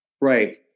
right